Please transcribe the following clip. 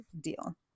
deal